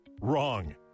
Wrong